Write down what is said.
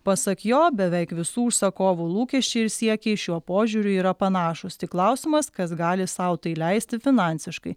pasak jo beveik visų užsakovų lūkesčiai ir siekiai šiuo požiūriu yra panašūs tik klausimas kas gali sau tai leisti finansiškai